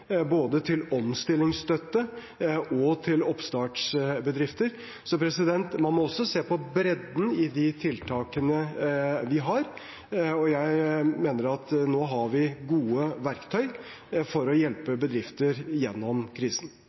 både til omstillingsstøtte og til oppstartsbedrifter. Så man må også se på bredden i de tiltakene vi har, og jeg mener at vi nå har gode verktøy for å hjelpe bedrifter gjennom krisen.